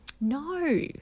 No